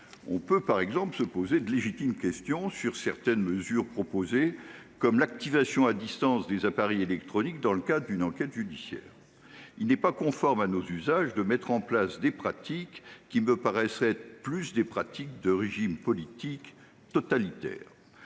On peut se poser de légitimes questions sur certaines des mesures proposées, comme l'activation à distance des appareils électroniques dans le cadre d'une enquête judiciaire. Il n'est pas conforme à nos usages de mettre en place des pratiques qui relèvent plutôt de régimes politiques totalitaires